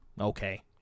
okay